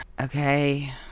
Okay